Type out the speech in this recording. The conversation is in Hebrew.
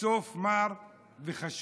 הסוף מר וחשוך.